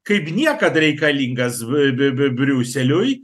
kaip niekad reikalingas b b b briuseliui